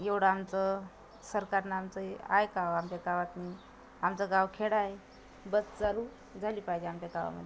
एवढं आमचं सरकारनं आमचं हे ऐकावं आमच्या गावातून आमचं गाव खेडं आहे बस चालू झाली पाहिजे आमच्या गावामध्ये